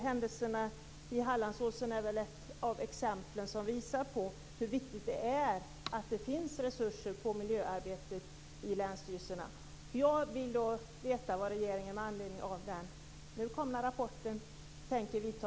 Händelserna i Hallandsåsen är ett exempel som visar hur viktigt det är att det finns resurser för miljöarbetet i länsstyrelserna.